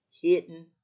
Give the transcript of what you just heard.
hidden